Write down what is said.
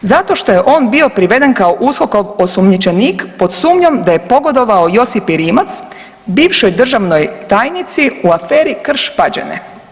Zato što je on bio priveden kao USKOK-ov osumnjičenik pod sumnjom da je pogodovao Josipi Rimac, bivšoj državnoj tajnici u aferi Krš-Pađene.